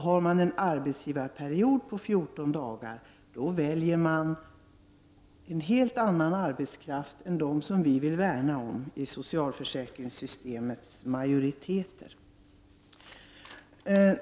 Har vi då arbetsgivarperiod på 14 dagar, då väljer man en helt annan arbetskraft än den som vi vill värna om i socialförsäkringssystemet.